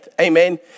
amen